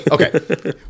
Okay